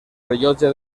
rellotge